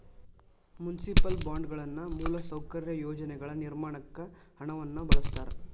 municipal ಬಾಂಡ್ಗಳನ್ನ ಮೂಲಸೌಕರ್ಯ ಯೋಜನೆಗಳ ನಿರ್ಮಾಣಕ್ಕ ಹಣವನ್ನ ಬಳಸ್ತಾರ